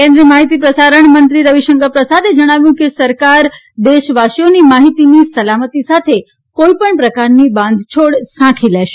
કેન્દ્રીય માહિતી પ્રસારણ મંત્રી રવિશંકર પ્રસાદે જણાવ્યું કે સરકાર દેશવાસીઓની માહિતીની સલામતી સાથે કોઇપણ પ્રકારની બાંધછોડ સાંખી લેશે નહી